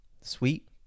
sweet